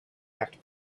act